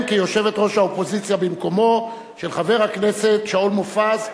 כיושבת-ראש האופוזיציה במקומו של חבר הכנסת שאול מופז,